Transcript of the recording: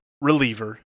reliever